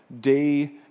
day